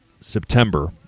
September